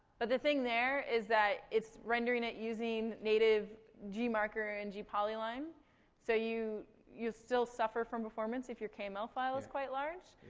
but the thing there is that it's rendering it using native gmarker and gpolyline. so you'll still suffer from performance if your kml file is quite large.